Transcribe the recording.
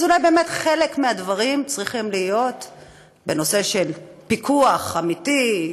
אז אולי חלק מהדברים צריכים להיות בנושא של פיקוח אמיתי,